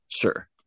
Sure